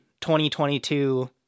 2022